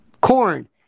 corn